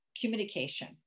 communication